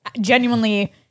genuinely